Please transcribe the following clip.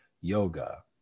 yoga